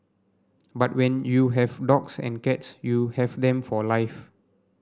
but when you have dogs and cats you have them for life